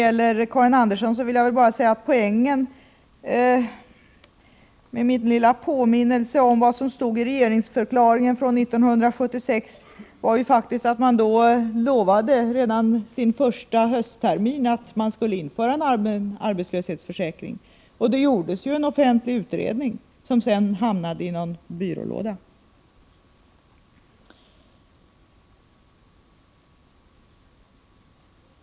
Till Karin Andersson vill jag säga att poängen med min lilla påminnelse om vad som stod i regeringsförklaringen från 1976 var att man då lovade att redan under sin första hösttermin införa en allmän arbetslöshetsförsäkring. Det gjordes också en offentlig utredning, som sedan hamnade i en byrålåda.